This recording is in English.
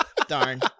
Darn